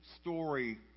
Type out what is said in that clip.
story